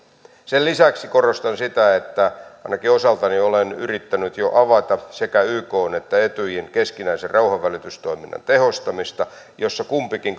sen lisäksi korostan sitä että ainakin osaltani olen yrittänyt jo avata sekä ykn että etyjin keskinäisen rauhanvälitystoiminnan tehostamista jossa kumpikin